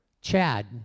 Chad